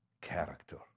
Character